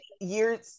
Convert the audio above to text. Years